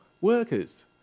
workers